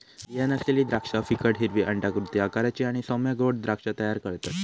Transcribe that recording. बीया नसलेली द्राक्षा फिकट हिरवी अंडाकृती आकाराची आणि सौम्य गोड द्राक्षा तयार करतत